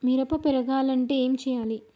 మిరప పెరగాలంటే ఏం పోయాలి?